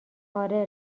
آره